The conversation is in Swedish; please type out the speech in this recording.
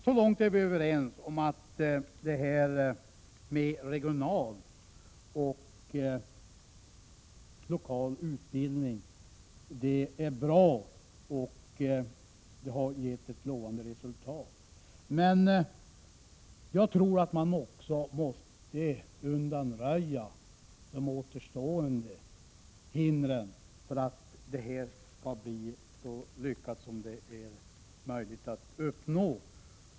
Så långt är vi överens, att regional och lokal utbildning är bra och har gett lovande resultat. Men jag tror att man också måste undanröja de återstående hindren för att detta skall bli så lyckat som möjligt.